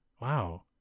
Wow